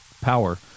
power